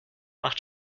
macht